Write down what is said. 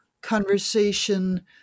conversation